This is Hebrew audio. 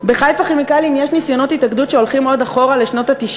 ב"חיפה כימיקלים" יש ניסיונות התאגדות שהולכים עוד אחורה לשנות ה-90.